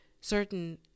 certain